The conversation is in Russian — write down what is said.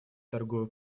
торговой